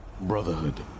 Brotherhood